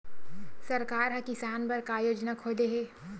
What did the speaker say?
सरकार ह किसान बर का योजना खोले हे?